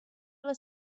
les